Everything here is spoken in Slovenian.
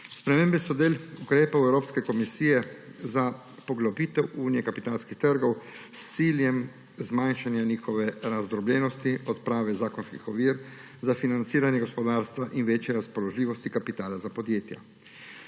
Spremembe so del ukrepov Evropske komisije za poglobitev unije kapitalskih trgov, s ciljem zmanjšanja njihove razdrobljenosti, odprave zakonskih ovir, za financiranje gospodarstva in večje razpoložljivosti kapitala za podjetja.